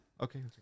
Okay